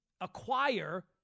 acquire